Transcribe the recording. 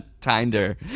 Tinder